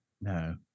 No